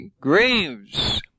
graves